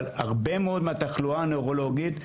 אבל הרבה מאוד מהתחלואה הנוירולוגית,